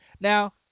Now